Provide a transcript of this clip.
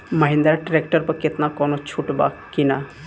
Mahindra tractor पर केतना कौनो छूट बा कि ना?